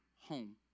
home